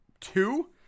two